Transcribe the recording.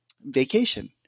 vacation